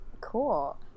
Cool